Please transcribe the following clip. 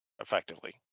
effectively